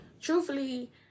Truthfully